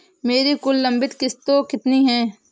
मेरी कुल लंबित किश्तों कितनी हैं?